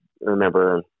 remember